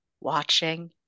watching